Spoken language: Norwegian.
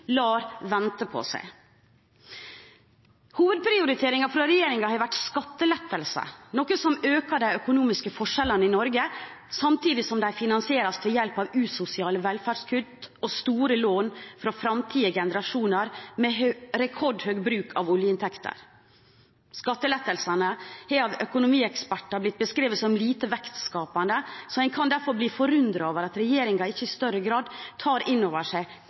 lar vente på seg. Hovedprioriteringen fra regjeringen har vært skattelettelser, noe som øker de økonomiske forskjellene i Norge, samtidig som de finansieres ved hjelp av usosiale velferdskutt og store lån fra framtidige generasjoner med rekordhøy bruk av oljeinntekter. Skattelettelsene har av økonomieksperter blitt beskrevet som lite vekstskapende, så en kan derfor bli forundret over at regjeringen ikke i større grad tar inn over seg